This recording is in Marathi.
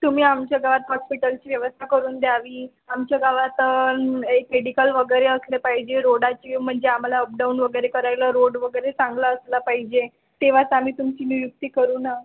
तुम्ही आमच्या गावात हॉस्पिटलची व्यवस्था करून द्यावी आमच्या गावात एक एक मेडिकल वगैरे असले पाहिजे रोडाची म्हणजे आम्हाला अपडाऊन वगैरे करायला रोड वगैरे चांगला असला पाहिजे तेव्हाच आम्ही तुमची नियुक्ती करू ना